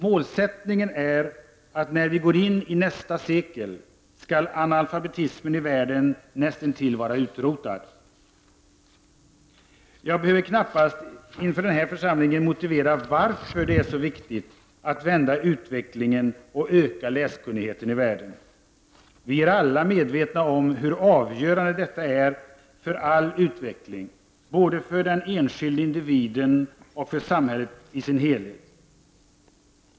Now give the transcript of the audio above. Målsättningen är att analfabetismen i världen när vi går in i nästa sekel skall vara näst intill utrotad. Jag behöver knappast inför denna församling motivera varför det är så viktigt att vända utvecklingen och öka läskunnigheten i världen. Vi är alla medvetna om hur avgörande detta är för all utveckling — både för den enskilde individen och för samhället i dess helhet.